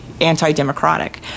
anti-democratic